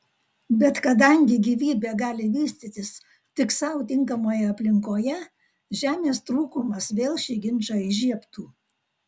bet kadangi gyvybė gali vystytis tik sau tinkamoje aplinkoje žemės trūkumas vėl šį ginčą įžiebtų